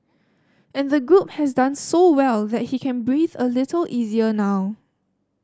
and the group has done so well that he can breathe a little easier now